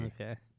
Okay